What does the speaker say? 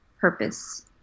purpose